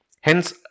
Hence